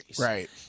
Right